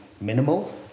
minimal